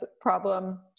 problem